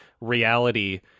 Reality